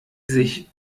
sich